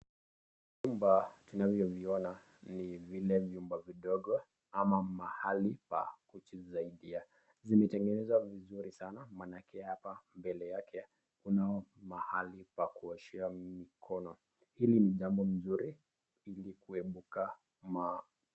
vyumba tunavyoviona ni vile vyumba vidogo ama mahali pa kuchezea. Zimetengenezwa vizuri sana maanake hapa mbele yake kuna mahali pa kuoshea mikono. Hili ni jambo mzuri ili kuepuka ma